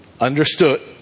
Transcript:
understood